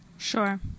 sure